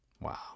Wow